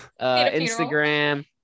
Instagram